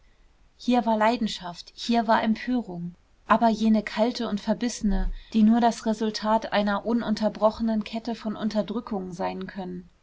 hier war leidenschaft hier war empörung aber jene kalte und verbissene die nur das resultat einer ununterbrochenen kette von unterdrückungen sein können